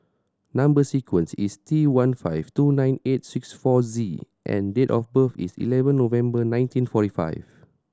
number sequence is T one five two nine eight six four Z and date of birth is eleven November nineteen forty five